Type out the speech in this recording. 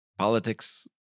Politics